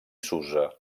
susa